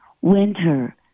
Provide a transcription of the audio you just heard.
Winter